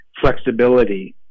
flexibility